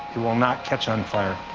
will not catch on fire.